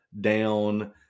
down